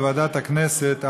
בוועדת הכנסת,